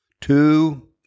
Two